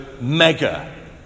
mega